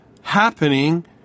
happening